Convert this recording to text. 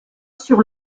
sur